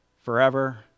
forever